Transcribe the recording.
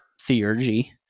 theurgy